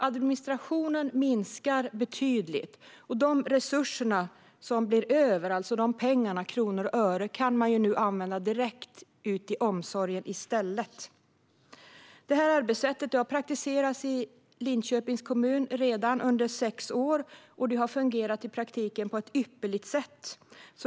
Administrationen minskar betydligt, och de resurser som blir över, kronorna och örena, kan i stället användas direkt i omsorgen. Detta arbetssätt har praktiserats i Linköpings kommun under sex år, och det har i praktiken fungerat ypperligt.